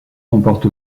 comporte